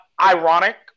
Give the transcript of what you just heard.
ironic